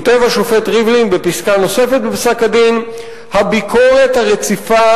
כותב השופט ריבלין בפסקה נוספת בפסק-הדין: "הביקורת הרציפה